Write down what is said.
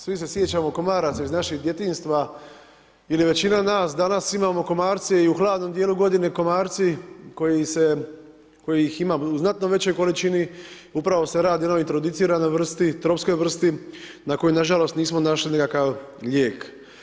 Svi se sjećamo komaraca iz našeg djetinjstva i većina nas danas, imamo komarce i u hladnom dijelu godine, komarci, kojih ima u znatnoj većoj količini, upravo se radi o jednoj intrudicionalnoj vrsti, tropskoj vrsti, na kojoj nažalost, nismo našli nikakav lijek.